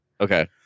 Okay